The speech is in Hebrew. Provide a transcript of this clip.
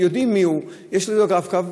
יודעים מיהו, יש לו רב-קו.